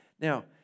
Now